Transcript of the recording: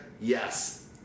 Yes